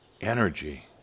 energy